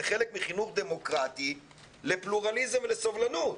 זה חלק מחינוך דמוקרטי לפלורליזם ולסובלנות.